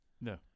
No